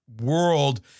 world